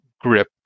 GRIP